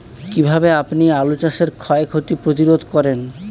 কীভাবে আপনি আলু চাষের ক্ষয় ক্ষতি প্রতিরোধ করেন?